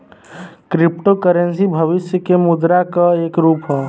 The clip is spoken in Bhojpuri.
क्रिप्टो करेंसी भविष्य के मुद्रा क एक रूप हौ